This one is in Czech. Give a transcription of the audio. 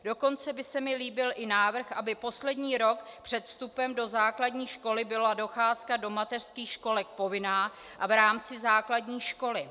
Dokonce by se mi líbil i návrh, aby poslední rok před vstupem do základní školy byla docházka do mateřských školek povinná a v rámci základní školy.